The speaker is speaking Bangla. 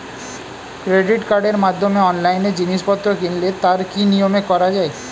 ক্রেডিট কার্ডের মাধ্যমে অনলাইনে জিনিসপত্র কিনলে তার কি নিয়মে করা যায়?